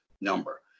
number